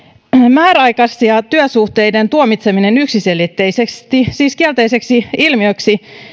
määräaikaisten työsuhteiden tuomitseminen yksiselitteisesti kielteiseksi ilmiöksi